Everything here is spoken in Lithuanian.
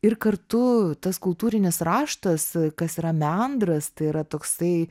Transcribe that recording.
ir kartu tas kultūrinis raštas kas yra meandras tai yra toksai